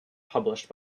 published